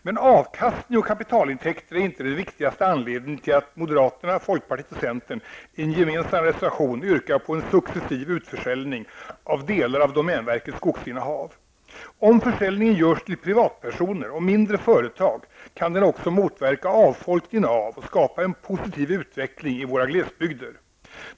Men avkastning och kapitalintäker är inte den viktigaste anledningen till att moderanterna, folkpartiet och centern i en gemensam reservation yrkar på en successiv utförsäljning av delar av domänverkets skogsinnehav. Om det blir en försäljning till privatpersoner och mindre företag kan denna också motverka avfolkningen av och skapa en positiv utveckling i våra glesbygder.